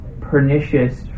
pernicious